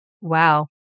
Wow